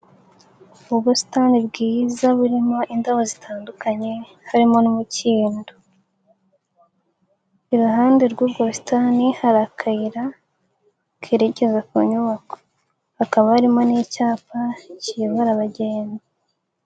Ubusitani bwiza burimo indabo zitandukanye, harimo n'umukindo, iruhande rw'ubusitani, hari akayira kerekeza ku nyubako, hakaba harimo n'icyapa kiyobora abagenzi.